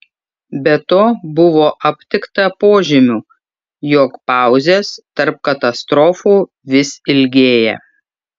be to buvo aptikta požymių jog pauzės tarp katastrofų vis ilgėja